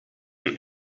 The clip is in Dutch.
een